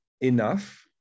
enough